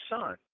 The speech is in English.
son